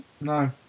No